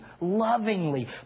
lovingly